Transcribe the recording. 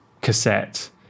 cassette